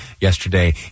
yesterday